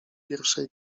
pierwszej